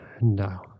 No